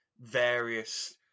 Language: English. various